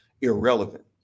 irrelevant